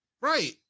Right